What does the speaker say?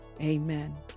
Amen